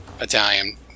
Italian